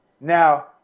Now